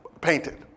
painted